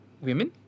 women